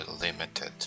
limited